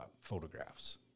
photographs